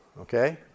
okay